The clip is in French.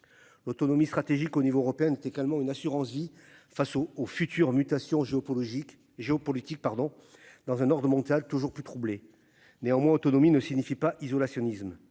Autonomie stratégique au niveau européen également une assurance vie face au au futur mutation Jo pour logique géopolitique pardon dans un ordre mondial toujours plus troublé néanmoins autonomie ne signifie pas isolationnisme.